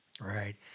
Right